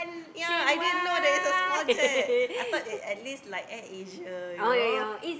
ya I didn't know that it's a small jet I thought it's at least like Air Asia you know